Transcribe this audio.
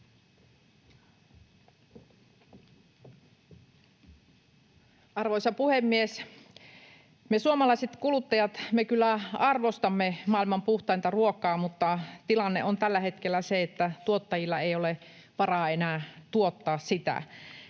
Arvoisa puhemies! Me suomalaiset kuluttajat kyllä arvostamme maailman puhtainta ruokaa, mutta tilanne on tällä hetkellä se, että tuottajilla ei ole varaa enää tuottaa sitä.